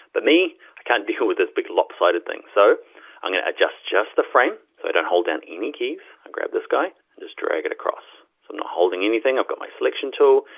but me, i can't deal with this big slope sided thing, so i'm gonna adjust just the frame. so i don't hold down any keys, i grab this guy, and just drag it across. so i'm not holding anything, i've got my selection tool.